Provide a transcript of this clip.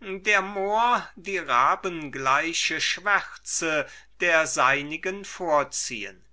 der mohr die rabengleiche schwärze der seinigen vorziehen